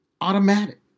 automatic